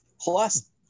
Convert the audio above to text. Plus